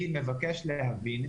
אני מבקש להבין,